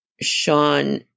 Sean